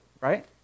right